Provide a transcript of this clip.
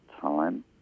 time